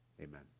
Amen